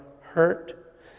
hurt